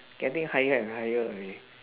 getting higher and higher a day